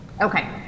Okay